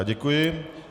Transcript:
Děkuji.